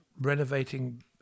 renovating